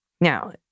Now